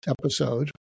episode